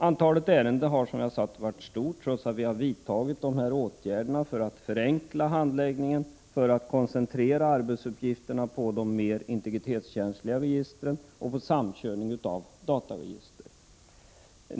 Antalet ärenden har som sagt varit stort trots att vi vidtagit åtgärder för att förenkla handläggningen, för att koncentrera arbetsuppgifterna på de mer integritetskänsliga registren och på samkörning av dataregister.